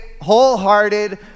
wholehearted